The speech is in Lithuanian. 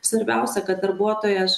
svarbiausia kad darbuotojas